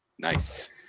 nice